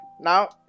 Now